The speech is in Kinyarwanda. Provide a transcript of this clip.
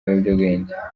biyobyabwenge